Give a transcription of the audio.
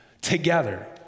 together